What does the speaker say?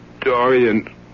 Dorian